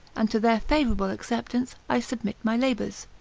and to their favourable acceptance i submit my labours,